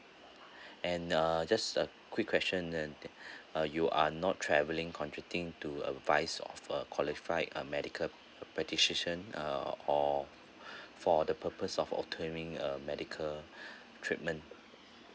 and err just a quick question then uh you are not travelling contradicting to advice of a qualified uh medical a practitioner uh or for the purpose of obtaining a medical treatment